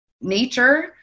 nature